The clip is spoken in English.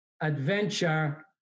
adventure